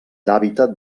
hàbitat